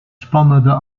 spannende